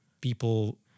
people